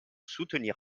soutenir